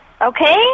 Okay